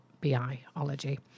B-I-ology